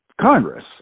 Congress